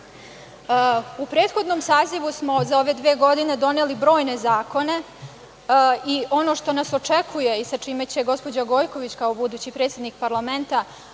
prethodnom sazivu smo za ove dve godine doneli brojne zakone i ono što nas očekuje i sa čime će gospođa Gojković, kao budući predsednik parlamenta